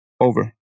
over